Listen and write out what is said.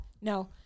no